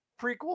prequel